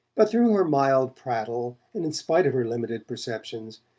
but through her mild prattle, and in spite of her limited perceptions.